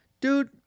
dude